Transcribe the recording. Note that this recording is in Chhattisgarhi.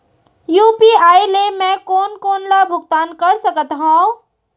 यू.पी.आई ले मैं कोन कोन ला भुगतान कर सकत हओं?